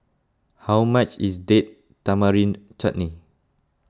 how much is Date Tamarind Chutney